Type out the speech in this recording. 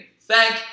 Thank